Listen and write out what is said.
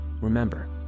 Remember